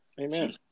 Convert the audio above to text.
Amen